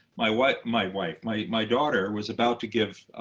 my wife my wife. my my daughter was about to give